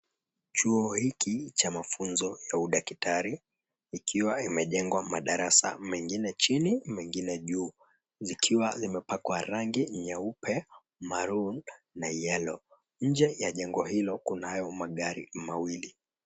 Chuo hiki cha mafunzo ya udaktari, ikiwa imejengwa madarasa mengine chini, mengine juu, zikiwa zimepakwa rangi nyeupe, maroon na yellow . Nje ya jengo hilo kunayo magari mawili.